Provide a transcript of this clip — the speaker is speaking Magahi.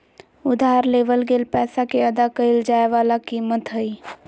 उधार लेवल गेल पैसा के अदा कइल जाय वला कीमत हइ